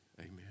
Amen